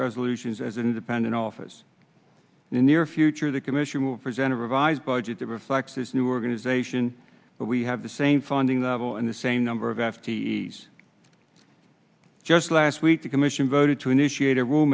resolutions as an independent office in the near future the commission will present a revised budget that reflects this new organization but we have the same funding the will and the same number of f t s just last week the commission voted to initiate a r